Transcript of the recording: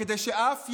תודה.